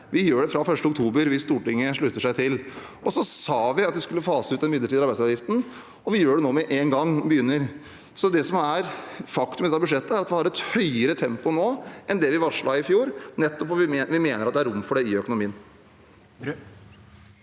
vi gjør det fra 1. oktober, hvis Stortinget slutter seg til det. Så har vi sagt at vi skal fase ut den midlertidige arbeidsgiveravgiften, og vi begynner nå med en gang. Faktum om dette budsjettet er at vi har et høyere tempo nå enn det vi varslet i fjor, nettopp fordi vi mener det er rom for det i økonomien.